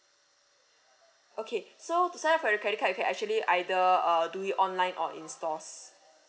okay so to sign up for the credit card you can actually either uh do it online or in stores